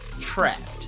trapped